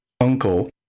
uncle